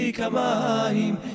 kamaim